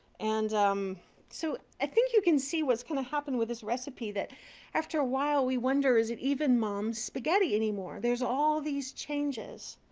and um so i think you can see what's going to happen with this recipe that after a while we wonder is it even mom's spaghetti anymore? there's all these changes.